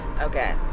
Okay